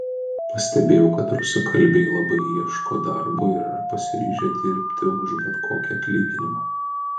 pastebėjau kad rusakalbiai labai ieško darbo ir yra pasiryžę dirbti už bet kokį atlyginimą